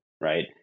right